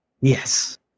yes